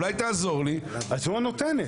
אולי תעזור לי?< אז היא הנותנת.